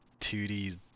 2D